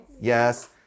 Yes